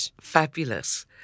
Fabulous